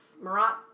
Marat